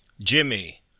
Jimmy